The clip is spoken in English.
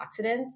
antioxidants